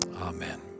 Amen